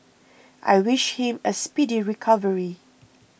I wish him a speedy recovery